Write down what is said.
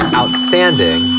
outstanding